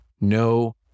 no